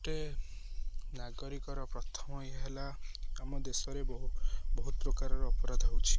ଗୋଟେ ନାଗରିକର ପ୍ରଥମ ଇଏ ହେଲା ଆମ ଦେଶରେ ବହୁ ବହୁତ ପ୍ରକାରର ଅପରାଧ ହେଉଛି